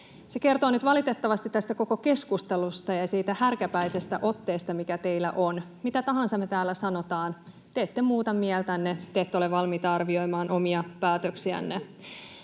Se kertoo nyt valitettavasti tästä koko keskustelusta ja siitä härkäpäisestä otteesta, mikä teillä on. Mitä tahansa me täällä sanotaan, niin te ette muuta mieltänne, te ette ole valmiita arvioimaan omia päätöksiänne.